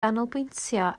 ganolbwyntio